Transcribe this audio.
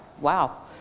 wow